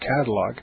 catalog